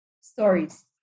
stories